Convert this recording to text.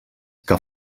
que